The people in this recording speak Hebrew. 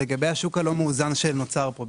הוא לגבי השוק הלא מאוזן שנוצר פה.